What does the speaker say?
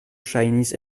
ŝajnis